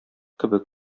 кебек